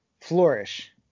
flourish